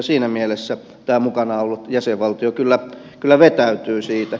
siinä mielessä tämä mukana ollut jäsenvaltio kyllä vetäytyy siitä